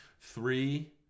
Three